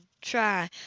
try